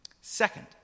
Second